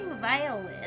violin